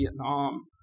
Vietnam